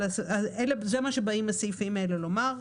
זה מה שבאים הסעיפים האלה לומר,